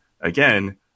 again